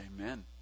Amen